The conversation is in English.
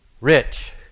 Rich